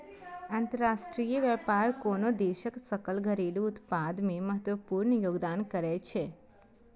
अंतरराष्ट्रीय व्यापार कोनो देशक सकल घरेलू उत्पाद मे महत्वपूर्ण योगदान करै छै